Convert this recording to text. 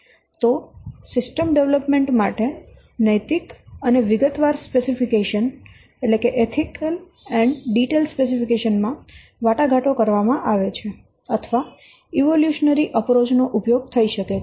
તો system development માટે નૈતિક અને વિગતવાર સ્પેસિફિકેશન માં વાટાઘાટો કરવામાં આવે છે અથવા ઈવોલ્યુશનરી અપ્રોચ નો ઉપયોગ થઈ શકે છે